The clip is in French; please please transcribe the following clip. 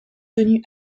tenu